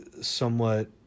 somewhat